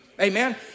amen